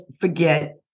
forget